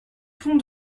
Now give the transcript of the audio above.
pont